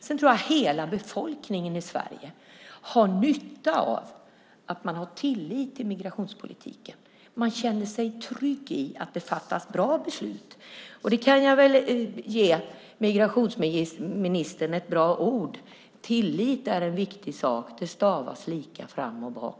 Sedan tror jag att hela befolkningen i Sverige har nytta av att man har tillit till migrationspolitiken, att man känner sig trygg i att det fattas bra beslut. Jag kan väl ge migrationsministern några bra ord: Tillit är en viktig sak, det stavas lika fram och bak.